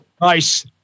Nice